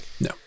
No